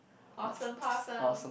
awesome possum